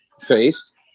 faced